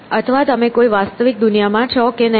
અથવા તમે કોઈ વાસ્તવિક દુનિયામાં છો કે નહીં